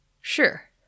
Sure